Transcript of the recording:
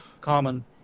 Common